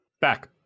Back